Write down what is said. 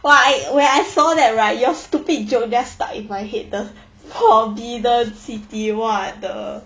!wah! I when I saw that right your stupid joke just stuck in my head the forbidden city what the